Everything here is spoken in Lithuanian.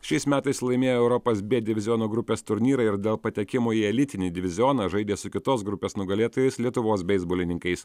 šiais metais laimėjo europos b diviziono grupės turnyrą ir dėl patekimo į elitinį divizioną žaidė su kitos grupės nugalėtojais lietuvos beisbolininkais